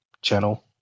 channel